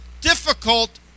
difficult